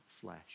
flesh